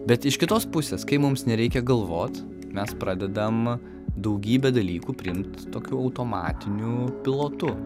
bet iš kitos pusės kai mums nereikia galvot mes pradedam daugybę dalykų priimt tokiu automatiniu pilotu